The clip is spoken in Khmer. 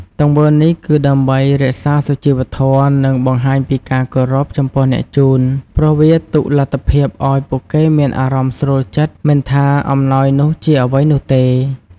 ទង្វើនេះគឺដើម្បីរក្សាសុជីវធម៌ និងបង្ហាញពីការគោរពចំពោះអ្នកជូន ព្រោះវាទុកលទ្ធភាពឲ្យពួកគេមានអារម្មណ៍ស្រួលចិត្ត មិនថាអំណោយនោះជាអ្វីនោះទេ។